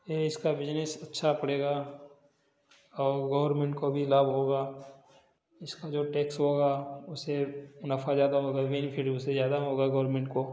ये इसका बिजनेस अच्छा पड़ेगा और गोवर्मेंट को भी लाभ होगा इसका जो टैक्स होगा उसे मुनाफा ज़्यादा होगा बेनीफिट उससे ज़्यादा होगा गोवर्मेंट को